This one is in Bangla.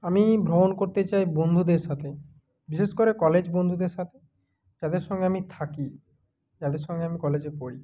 আমি ভ্রমণ করতে চাই বন্ধুদের সাথে বিশেষ করে কলেজ বন্ধুদের সাথে যাদের সঙ্গে আমি থাকি যাদের সঙ্গে আমি কলেজে পড়ি